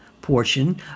portion